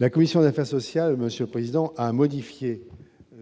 la commission d'affaires sociales Monsieur Président à modifier